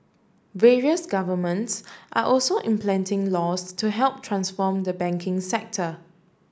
various governments are also implementing laws to help transform the banking sector